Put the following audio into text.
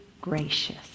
gracious